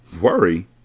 Worry